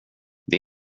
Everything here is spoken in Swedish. det